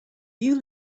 you